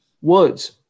Woods